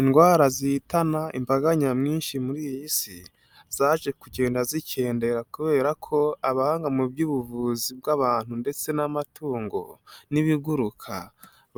Indwara zihitana imbaga nyamwinshi muri iyi si, zaje kugenda zikendera kubera ko abahanga mu by'ubuvuzi bw'abantu ndetse n'amatungo n'ibiguruka,